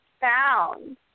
found